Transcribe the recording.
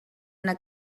una